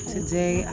Today